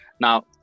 Now